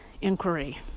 inquiry